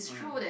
mm